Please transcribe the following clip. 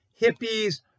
hippies